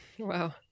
Wow